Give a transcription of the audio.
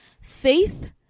faith